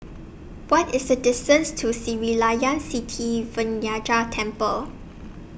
What IS The distance to Sri Layan Sithi Vinayagar Temple